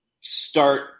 start